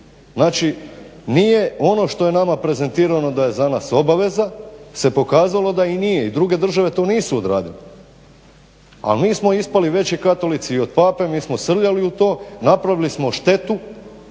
Znači nije ono što je nama prezentirano da je za nas obaveza se pokazalo da i nije i druge države to nisu odradile. Ali mi smo ispali veći katolici i od Pape mi smo srljali u to, napravili smo štetu